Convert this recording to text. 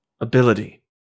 ability